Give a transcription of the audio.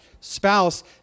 spouse